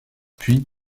puis